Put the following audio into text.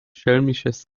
schelmisches